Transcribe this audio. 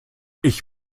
ich